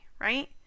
right